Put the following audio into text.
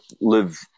live